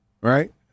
right